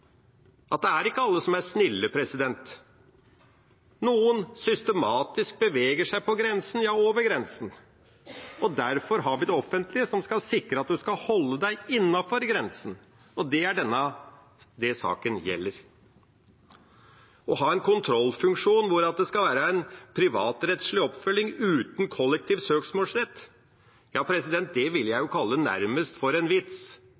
at ikke alle er snille. Noen beveger seg systematisk på grensen, ja over grensen. Derfor har vi det offentlige som skal sikre at en skal holde seg innenfor grensen, og det er det denne saken gjelder. Å ha en kontrollfunksjon der det skal være en privatrettslig oppfølging uten kollektiv søksmålsrett, vil jeg nærmest kalle en vits når vi kjenner maktforholdene i dette arbeidslivet når det gjelder de aller svakeste. Hvis en